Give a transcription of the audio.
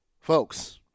Folks